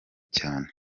cyane